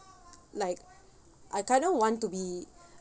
like I kind of want to be